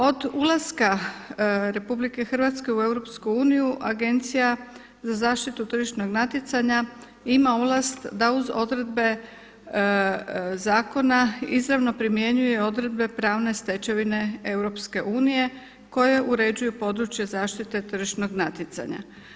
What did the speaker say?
Od ulaska RH u EU Agencija za zaštitu tržišnog natjecanja ima ovlast da uz odredbe zakona izravno primjenjuje odredbe pravne stečevine EU koje uređuju područje zaštite tržišnog natjecanja.